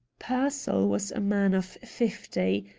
pearsall was a man of fifty.